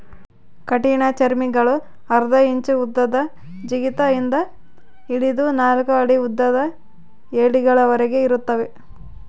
ಕಠಿಣಚರ್ಮಿಗುಳು ಅರ್ಧ ಇಂಚು ಉದ್ದದ ಜಿಗಿತ ಇಂದ ಹಿಡಿದು ನಾಲ್ಕು ಅಡಿ ಉದ್ದದ ಏಡಿಗಳವರೆಗೆ ಇರುತ್ತವೆ